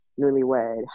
newlywed